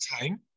time